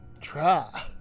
try